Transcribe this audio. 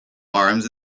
arms